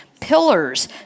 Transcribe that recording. pillars